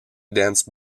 dance